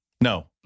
no